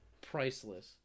priceless